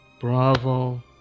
Bravo